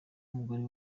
umugore